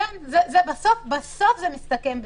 בסוף זה מסתכם בזה.